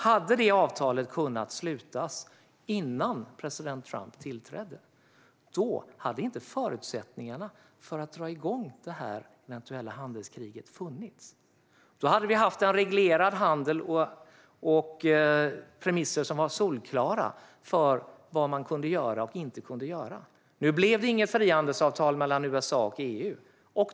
Hade det avtalet kunnat slutas innan president Trump tillträdde hade inte förutsättningarna för att dra igång det här eventuella handelskriget funnits. Då hade vi haft en reglerad handel och premisser som var solklara för vad man kunde göra och inte kunde göra. Nu blev det inget frihandelsavtal mellan USA och EU.